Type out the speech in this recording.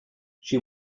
she